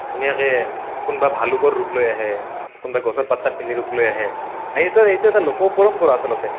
ধুনীয়াকৈ কোনোবাই ভালুকৰ ৰূপ লৈ আহে কোনোবাই গছৰ পাত চাত পিন্ধি ৰূপ লৈ আহে এইটো এইটো এটা লোক পৰম্পৰা আচলতে